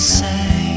say